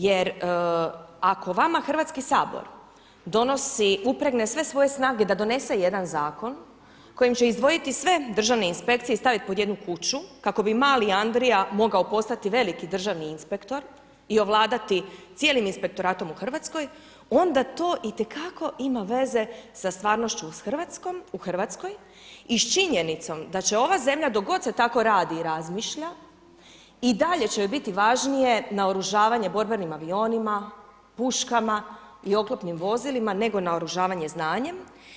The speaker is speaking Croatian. Jer ako vama Hrvatski sabor donosi, upregne sve svoje snage da donese jedan zakon kojim će izdvojiti sve državne inspekcije i staviti pod jednu kuću, kako bi mali Andrija mogao postati veliki državni inspektor i ovladati cijelim inspektoratom u Hrvatskoj onda to itekako ima veze sa stvarnošću u Hrvatskoj i s činjenicom da će ova zemlja dok god se tako radi i razmišlja i dalje će biti važnije naoružavanje borbenim avionima, puškama i oklopnim vozilima nego naoružavanje znanjem.